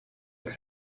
long